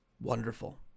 Wonderful